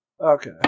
Okay